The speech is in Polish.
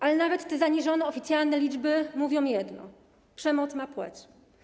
Ale nawet te zaniżone oficjalne liczby mówią jedno: przemoc ma płeć.